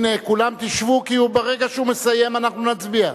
הנה, כולם שבו, כי ברגע שהוא מסיים אנחנו נצביע.